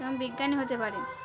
এবং বিজ্ঞানী হতে পারে